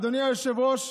אדוני היושב-ראש.